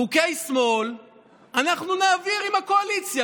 חוקי שמאל אנחנו נעביר עם הקואליציה,